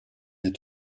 est